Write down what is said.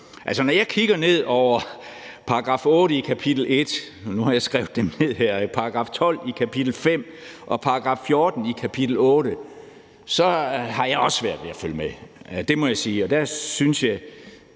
her. Når jeg kigger ned over § 8 i kapitel 1 – jeg har skrevet dem ned her –§ 12 i kapitel 5 og § 14 i kapitel 8, har jeg også svært ved at følge med. Det må jeg sige. Forklar det lige